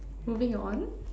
moving on